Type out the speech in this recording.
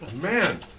Man